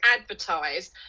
advertise